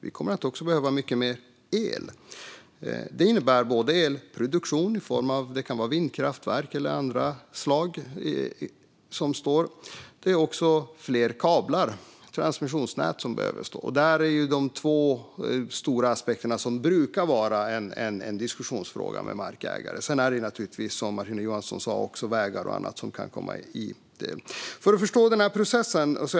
Vi kommer också att behöva mycket mer el. Det kan innebära elproduktion i form av vindkraftverk. Det behövs också fler kablar och transmissionsnät. Detta är de två stora aspekter som brukar vara diskussionsfrågor med markägare. Sedan kan naturligtvis också vägar och annat komma in i det hela, som Martina Johansson sa.